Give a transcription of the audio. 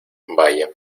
vaya